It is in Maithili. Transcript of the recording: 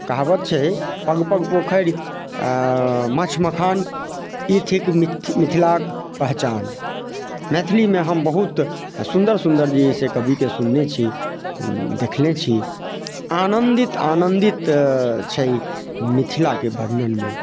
कहावत छै पग पग पोखरि आ माँछ मखान ई थिक मिथ मिथिलाक पहचान मैथिलीमे हम बहुत सुन्दर सुन्दर जे छै से कविकेँ सुनने छी देखने छी आनन्दित आनन्दित छै मिथिलाके वर्णनमे